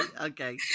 okay